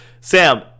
Sam